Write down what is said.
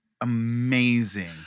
Amazing